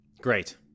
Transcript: Great